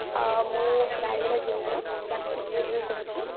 ମୁଁ ରାୟଗଡ଼ା ଜିଲ୍ଲାର କାଶୀପୁରରୁ କହୁଛି